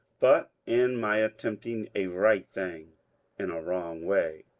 but in my attempting a right thing in a wrong way.